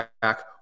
back